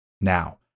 Now